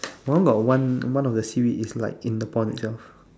what about one one of the seaweed is like in the pond itself